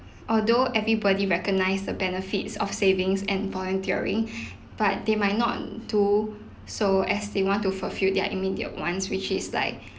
although everybody recognise the benefits of savings and volunteering but they might not do so as they want to fulfil their immediate wants which is like